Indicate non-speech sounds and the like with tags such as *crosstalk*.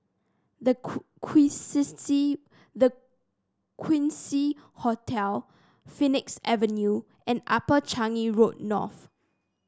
The *unintelligible* The Quincy Hotel Phoenix Avenue and Upper Changi Road North